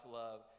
love